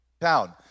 Town